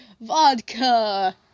vodka